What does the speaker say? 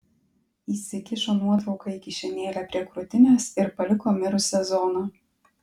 įsikišo nuotrauką į kišenėlę prie krūtinės ir paliko mirusią zoną